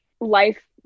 life